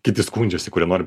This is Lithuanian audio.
kiti skundžiasi kurie nori